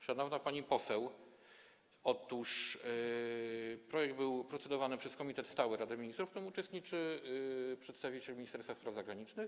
Szanowna pani poseł, otóż projekt był procedowany przez komitet stały Rady Ministrów, w którym uczestniczy przedstawiciel Ministerstwa Spraw Zagranicznych.